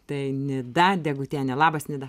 tai nida degutienė labas nida